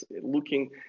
looking